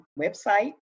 website